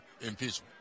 impeachment